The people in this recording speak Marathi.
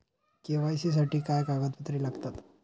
के.वाय.सी साठी काय कागदपत्रे लागतात?